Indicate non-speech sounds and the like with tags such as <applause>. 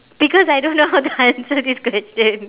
because I don't know how to answer this question <laughs>